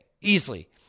easily